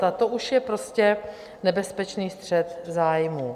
A to už je prostě nebezpečný střet zájmů.